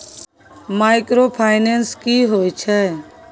Microfinance की होय छै?